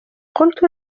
قلت